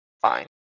Fine